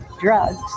drugs